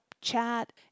chat